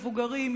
מבוגרים,